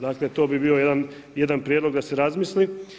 Dakle, to bi bio jedan prijedlog da se razmisli.